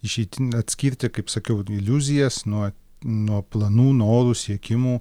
išeitin atskirti kaip sakiau iliuzijas nuo nuo planų norų siekimų